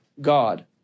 God